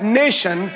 nation